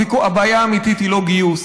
הבעיה האמיתית היא לא גיוס.